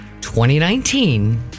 2019